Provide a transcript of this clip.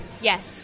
Yes